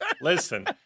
Listen